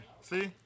See